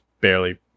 barely